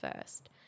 first